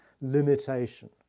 limitation